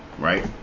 right